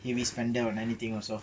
heavy spender on anything also